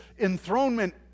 enthronement